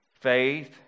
faith